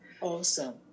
Awesome